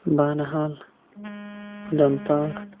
Banihal Udhampur